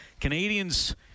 Canadians